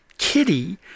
Kitty